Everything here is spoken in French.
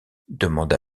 demanda